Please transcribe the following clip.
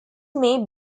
may